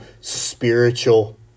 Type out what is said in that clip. spiritual